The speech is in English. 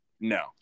No